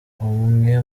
umwe